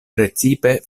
precipe